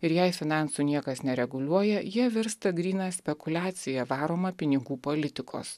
ir jei finansų niekas nereguliuoja jie virsta gryna spekuliacija varoma pinigų politikos